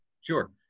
Sure